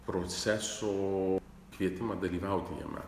procesų kvietimą dalyvauti jame